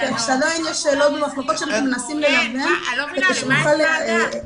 אני לא מבינה, למה יש ועדה?